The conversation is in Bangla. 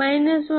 1n